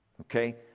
Okay